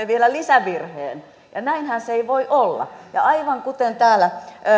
vielä lisävirheen ja näinhän se ei voi olla aivan kuten täällä